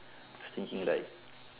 was thinking like